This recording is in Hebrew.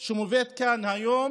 שמובאת כאן היום